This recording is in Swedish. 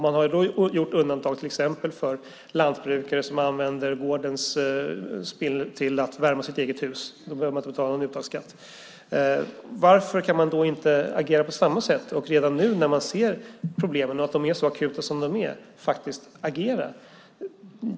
Man har då gjort undantag för till exempel lantbrukare som använder gårdens spill till att värma sitt eget hus. Då behöver de inte betala någon uttagsskatt. Varför kan man då inte agera på samma sätt redan nu när man ser problemen och att de är så akuta som de är?